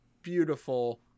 beautiful